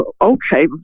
Okay